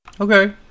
Okay